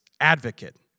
advocate